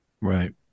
Right